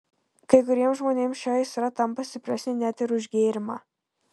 kai kuriems žmonėms ši aistra tampa stipresnė net ir už gėrimą